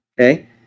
Okay